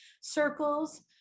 circles